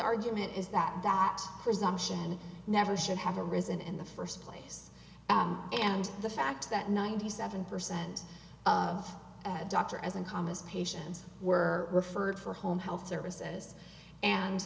argument is that that presumption never should have arisen in the first place and the fact that ninety seven percent of the doctor as uncommon as patients were referred for home health services and